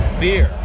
beer